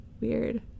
Weird